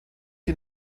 die